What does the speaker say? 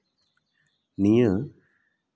ᱱᱤᱭᱟᱹ